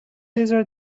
بذار